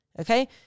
okay